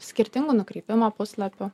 skirtingų nukrypimo puslapių